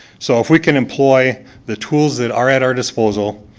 so, if we can employ the tools that are at our disposal,